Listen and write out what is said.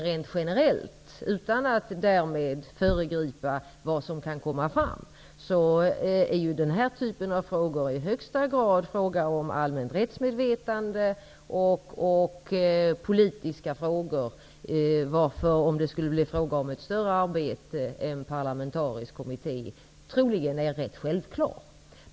Rent generellt, utan att därmed föregripa vad som kan komma fram, kan man konstatera att den här typen av frågor i högsta grad rör det allmänna rättsmedvetandet och är av politisk betydelse. Om det skulle bli fråga om ett större arbete är en parlamentarisk kommitté därför troligen rätt självklar.